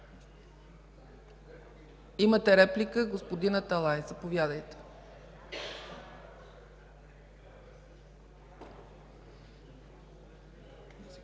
Имате реплика – господин Аталай, заповядайте.